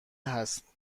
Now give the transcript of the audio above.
هستش